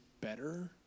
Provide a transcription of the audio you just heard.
better